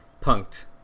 punked